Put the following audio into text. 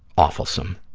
awfulsome.